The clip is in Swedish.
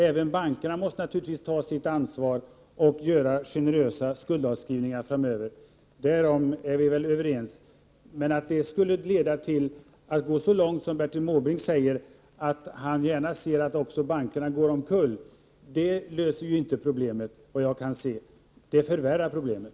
Även bankerna måste naturligtvis ta sitt ansvar och göra generösa skuldavskrivningar framöver. Därom är vi väl ense. Men att gå så långt som Bertil Måbrink vill, när han säger att han gärna ser att också bankerna går omkull, det löser inte problemet, såvitt jag kan se — det förvärrar problemet.